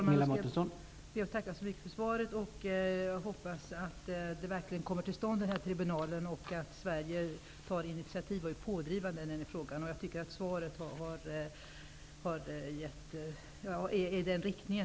Herr talman! Jag ber att få tacka för det svaret och hoppas att en tribunal verkligen kommer till stånd och att Sverige kommer att bli initiativtagare och pådrivande i denna fråga. Svaret var också i den riktningen.